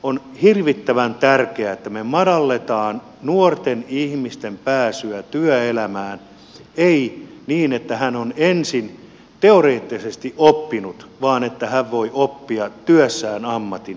on hirvittävän tärkeää että me madallamme nuoren ihmisen pääsyä työelämään ei niin että hän on ensin teoreettisesti oppinut vaan että hän voi oppia työssään ammatin